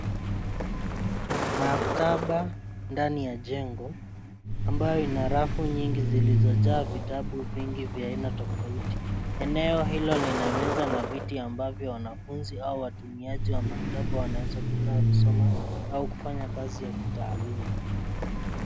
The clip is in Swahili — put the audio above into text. Kuna maktaba ndani ya jengo ambayo ina rafu nyingi zilizojaa vitabu vingi vya aina tofauti. Eneo hilo lina meza na viti ambavyo wanafunzi au watumiaji wa maktaba wanaweza kukaa kusoma au kufanya kazi ya kitaaluma.